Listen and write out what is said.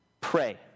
pray